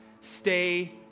stay